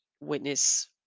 Witness